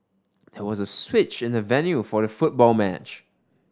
there was a switch in the venue for the football match